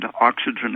oxygen